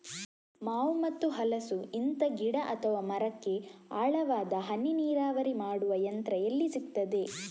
ಮಾವು ಮತ್ತು ಹಲಸು, ಇಂತ ಗಿಡ ಅಥವಾ ಮರಕ್ಕೆ ಆಳವಾದ ಹನಿ ನೀರಾವರಿ ಮಾಡುವ ಯಂತ್ರ ಎಲ್ಲಿ ಸಿಕ್ತದೆ?